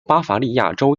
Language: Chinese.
巴伐利亚州